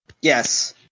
Yes